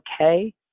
Okay